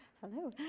Hello